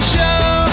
Show